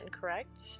correct